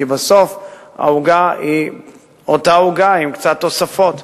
כי בסוף העוגה היא אותה עוגה עם קצת תוספת.